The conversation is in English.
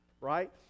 right